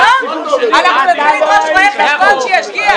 שישגיח.